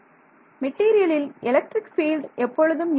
மாணவர் மெட்டீரியலில் electric field எப்பொழுதும் இருக்கும்